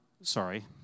sorry